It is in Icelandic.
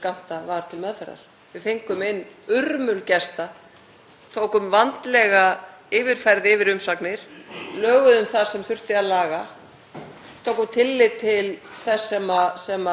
tókum tillit til þess sem nefndarfólk hafði um málið að segja, það voru skiptar skoðanir, þannig að málið var unnið frá A til Ö í nefndinni.